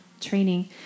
training